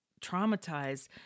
traumatized